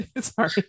sorry